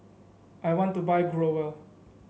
I want to buy Growell